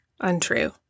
untrue